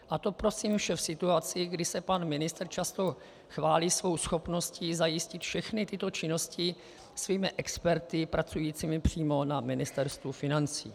A to prosím vše v situaci, kdy se pan ministr často chválí svou schopností zajistit všechny tyto činnosti svými experty, pracujícími přímo na Ministerstvu financí.